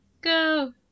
go